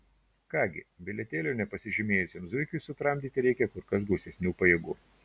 ką gi bilietėlio nepasižymėjusiam zuikiui sutramdyti reikia kur kas gausesnių pajėgų